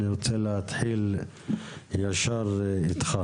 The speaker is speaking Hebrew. אני רוצה להתחיל ישר איתך,